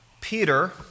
Peter